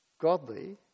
Godly